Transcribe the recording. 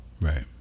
Right